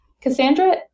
Cassandra